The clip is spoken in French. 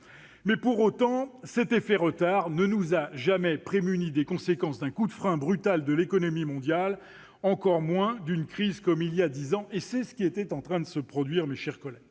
Pour autant, cet effet retard ne nous a jamais prémunis des conséquences d'un coup de frein brutal de l'économie mondiale, encore moins d'une crise comme il y a dix ans. Et c'est ce qui était en train de se produire, mes chers collègues.